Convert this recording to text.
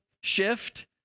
shift